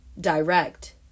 direct